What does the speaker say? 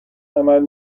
عمل